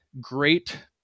great